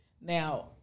Now